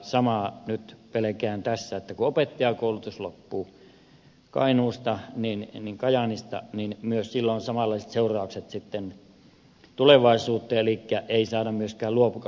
samaa nyt pelkään tässä että kun opettajankoulutus loppuu kajaanista niin myös sillä on samanlaiset seuraukset sitten tulevaisuuteen elikkä ei saada myöskään luokanopettajia